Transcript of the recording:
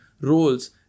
roles